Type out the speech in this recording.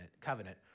covenant